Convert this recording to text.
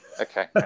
Okay